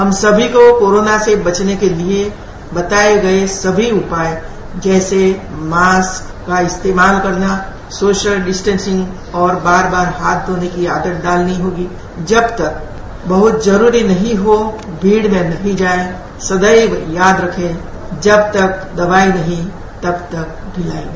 हम सभी को कोरोना से बचने के लिए बताये गये सभी उपाय जैसे मारक का इस्तेमाल करना सोशल डिस्टेसिंग और बास बार हाथ धोने की आदत डालनी होगी जब तक बहुत जरूरी न हो भीड़ में न जायें सदैव याद रखें जब तक दवाई नहीं तब तक ढिलाई नहीं